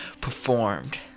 performed